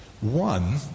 One